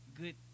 good